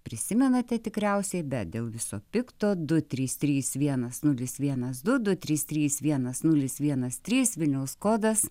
prisimenate tikriausiai bet dėl viso pikto du trys trys vienas nulis vienas du du trys trys vienas nulis vienas trys vilniaus kodas